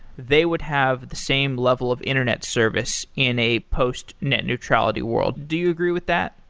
they would have the same level of internet service in a post-net neutrality world. do you agree with that?